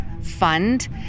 fund